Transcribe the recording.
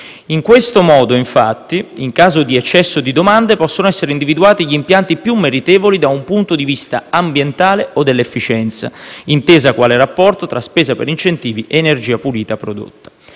In questo modo, infatti, in caso di eccesso di domande, possono essere individuati gli impianti più meritevoli da un punto di vista ambientale o dell'efficienza (intesa quale rapporto tra spesa per incentivi ed energia pulita prodotta).